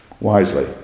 wisely